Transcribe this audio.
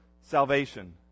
salvation